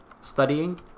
studying